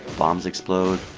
bombs explode,